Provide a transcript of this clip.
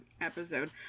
episode